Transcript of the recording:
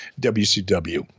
WCW